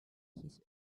his